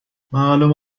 معلومه